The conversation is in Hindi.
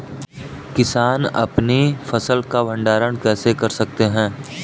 किसान अपनी फसल का भंडारण कैसे कर सकते हैं?